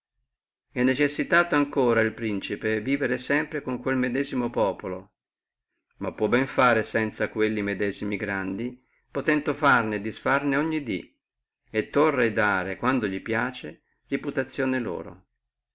è necessitato ancora el principe vivere sempre con quello medesimo populo ma può ben fare sanza quelli medesimi grandi potendo farne e disfarne ogni dí e tòrre e dare a sua posta reputazione loro